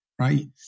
right